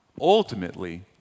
Ultimately